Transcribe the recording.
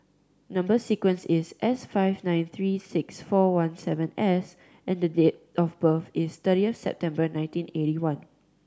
number sequence is S five nine three six four one seven S and date of birth is thirtieth September nineteen eighty one